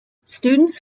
students